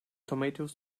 tomatoes